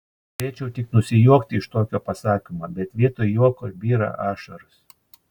norėčiau tik nusijuokti iš tokio pasakymo bet vietoj juoko byra ašaros